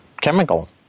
chemical